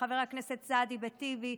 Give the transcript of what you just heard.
לחבר הכנסת סעדי וטיבי,